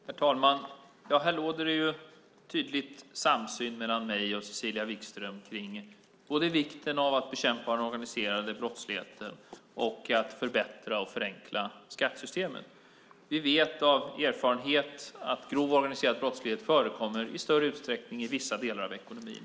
Herr talman! Det råder en tydlig samsyn mellan mig och Cecilia Wigström om vikten av att både bekämpa den organiserade brottsligheten och förbättra och förenkla skattesystemen. Vi vet av erfarenhet att grov organiserad brottslighet förekommer i större utsträckning i vissa delar av ekonomin.